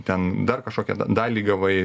ten dar kažkokią dalį gavai